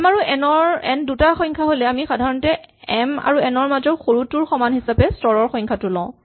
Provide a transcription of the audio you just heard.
M আৰু N দুটা সংখ্যা হ'লে আমি সাধাৰণতে এম আৰু এন ৰ মাজৰ সৰুটোৰ সমান হিচাপে স্তৰৰ সংখ্যাটো লওঁ